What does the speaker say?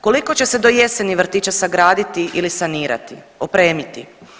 Koliko će se do jeseni vrtića sagraditi ili sanirati, opremiti?